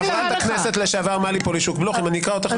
ואיך מונעים ניצול לרעה של חוק יסוד לחוק לא מוסרי.